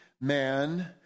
man